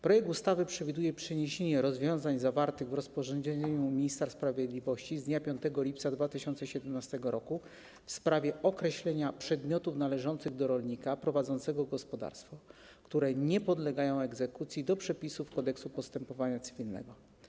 Projekt ustawy przewiduje przeniesienie rozwiązań zawartych w rozporządzeniu ministra sprawiedliwości z dnia 5 lipca 2017 r. w sprawie określenia przedmiotów należących do rolnika prowadzącego gospodarstwo, które nie podlegają egzekucji, do przepisów Kodeksu postępowania cywilnego.